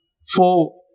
four